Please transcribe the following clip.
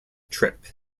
trip